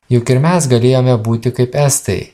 juk ir mes galėjome būti kaip estai